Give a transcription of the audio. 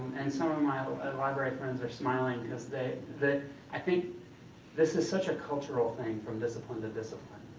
and some of my ah and library friends are smiling because they they i think this is such a cultural thing, from discipline to discipline.